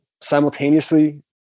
Simultaneously